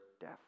death